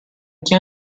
che